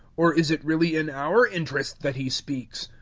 or is it really in our interest that he speaks?